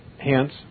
Hence